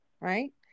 right